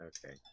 Okay